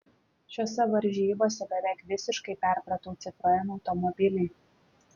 šiose varžybose beveik visiškai perpratau citroen automobilį